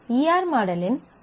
ஈ R மாடலின் அழகு என்ன